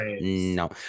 No